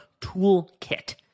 toolkit